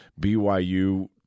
BYU